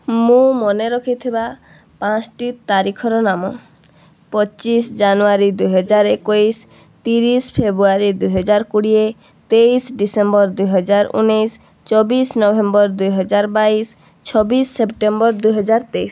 ମୁଁ ମନେରଖିଥିବା ପାଞ୍ଚଟି ତାରିଖର ନାମ ପଚିଶ ଜାନୁୟାରୀ ଦୁଇହଜାର ଏକୋଇଶ ତିରିଶ ଫେବୃୟାରୀ ଦୁଇହଜାର କୋଡ଼ିଏ ତେଇଶ ଡିସେମ୍ବର ଦୁଇହଜାର ଉଣେଇଶ ଚବିଶ ନଭେମ୍ବର ଦୁଇହଜାର ବାଇଶ ଛବିଶ ସେପ୍ଟେମ୍ବର ଦୁଇହଜାର ତେଇଶ